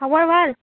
খবৰ ভাল